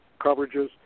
coverages